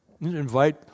Invite